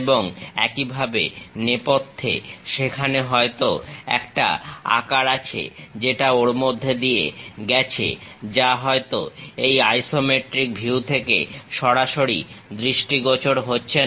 এবং একইভাবে নেপথ্যে সেখানে হয়তো একটা আকার আছে যেটা ওর মধ্য দিয়ে গেছে যা হয়ত এই আইসোমেট্রিক ভিউ থেকে সরাসরি দৃষ্টিগোচর হচ্ছে না